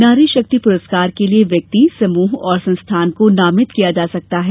नारी शक्ति प्रस्कार के लिए व्यक्ति समूह और संस्थान को नामित किया जा सकता है